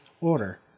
Order